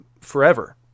forever